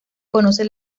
conoce